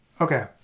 Okay